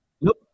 Nope